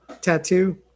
tattoo